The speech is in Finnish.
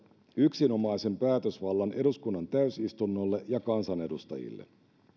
yksinomaisen päätösvallan eduskunnan täysistunnolle ja kansanedustajille